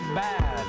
bad